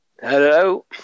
Hello